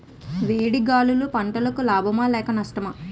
వేడి గాలులు పంటలకు లాభమా లేక నష్టమా?